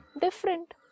different